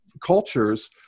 cultures